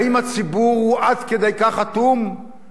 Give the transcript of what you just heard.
האם הציבור הוא עד כדי כך אטום שההבדל